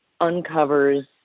uncovers